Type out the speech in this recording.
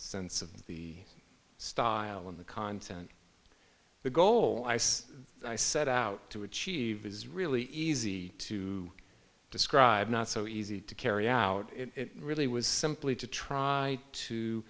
sense of the style in the content the goal i said i set out to achieve is really easy to describe not so easy to carry out it really was simply to try to